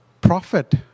prophet